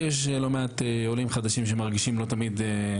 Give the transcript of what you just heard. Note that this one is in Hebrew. כי יש לא מעט עולים חדשים שמרגישים לא תמיד,